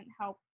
help